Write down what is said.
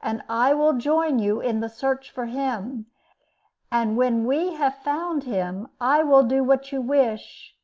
and i will join you in the search for him and when we have found him, i will do what you wish